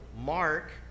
Mark